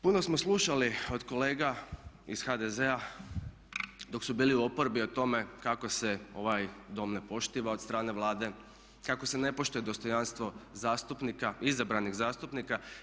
Puno smo slušali od kolega iz HDZ-a dok su bili u oporbi o tome kako se ovaj Dom ne poštiva od strane Vlade, kako se ne poštuje dostojanstvo zastupnika, izabranih zastupnika.